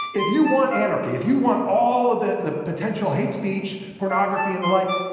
if you want anarchy, if you want all the the potential hate speech, pornography, and the like,